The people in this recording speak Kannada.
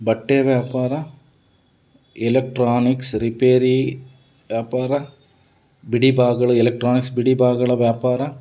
ಬಟ್ಟೆ ವ್ಯಾಪಾರ ಎಲೆಕ್ಟ್ರಾನಿಕ್ಸ್ ರಿಪೇರಿ ವ್ಯಾಪಾರ ಬಿಡಿ ಭಾಗಗಳು ಎಲೆಕ್ಟ್ರಾನಿಕ್ಸ್ ಬಿಡಿ ಭಾಗಗಳ ವ್ಯಾಪಾರ